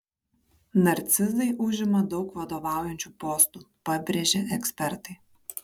narcizai užima daug vadovaujančių postų pabrėžia ekspertai